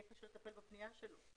יהיה קשה לטפל בפניה שלו.